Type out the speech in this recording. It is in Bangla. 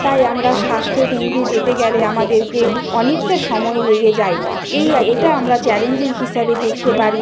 তাই আমরা স্বাস্থ্যকেন্দ্রে যেতে গেলে আমাদেরকে অনেকটা সময় লেগে যায় এই এটা আমরা চ্যালেঞ্জের হিসাবে দেখতে পারি